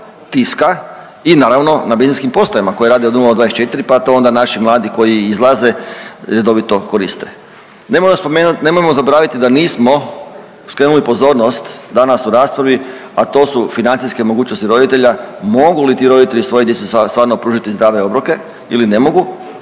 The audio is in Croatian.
Tiska i naravno na benzinskim postajama koje rade od 0-24 pa to onda naši mladi koji izlaze redovito koriste. Nemojmo zaboraviti da nismo skrenuli pozornost danas u raspravi, a to su financijske mogućnosti roditelja mogu li ti roditelji svojoj djeci stvarno pružiti zdrave obroke ili ne mogu